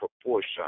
proportion